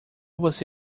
você